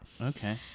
Okay